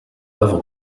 œuvre